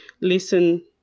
listen